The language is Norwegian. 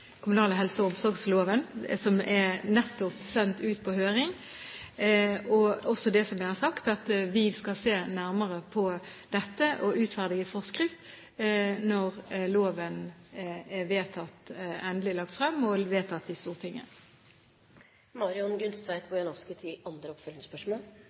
helse- og omsorgslov, som nettopp er sendt ut på høring, og også til det som jeg har sagt om at vi skal se nærmere på dette, og utferdige forskrift når lovforslaget endelig er lagt frem og vedtatt i Stortinget.